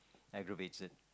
aggravates it